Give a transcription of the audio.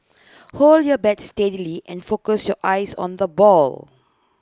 hold your bat steadily and focus your eyes on the ball